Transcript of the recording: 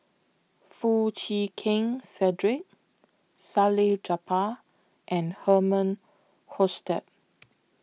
Foo Chee Keng Cedric Salleh Japar and Herman Hochstadt